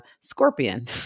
scorpion